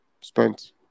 Spent